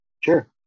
Sure